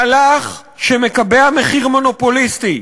מהלך שמקבע מחיר מונופוליסטי,